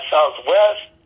Southwest